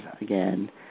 again